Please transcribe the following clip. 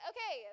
Okay